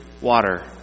water